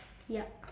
yup